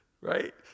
Right